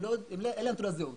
אין להם תעודת זהות